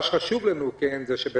חשוב לנו שתמשיכו,